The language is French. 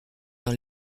dans